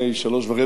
מייד עם התמנותנו,